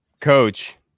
coach